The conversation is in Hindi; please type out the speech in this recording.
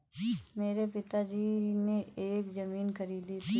मेरे पिताजी ने एक जमीन खरीदी थी